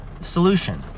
solution